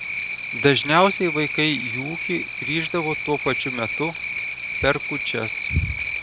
dažniausiai vaikai į ūkį grįždavo tuo pačiu metu per kūčias